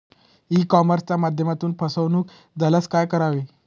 E कॉमर्सच्या माध्यमातून फसवणूक झाल्यास काय करावे?